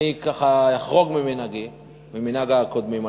אני אחרוג ממנהגי הקודמים,